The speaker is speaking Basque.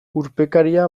urpekaria